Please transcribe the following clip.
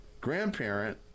grandparent